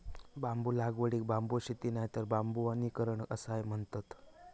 बांबू लागवडीक बांबू शेती नायतर बांबू वनीकरण असाय म्हणतत